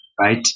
right